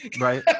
right